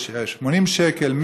80 שקלים,